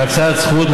בהקצאת זכות,